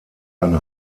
ein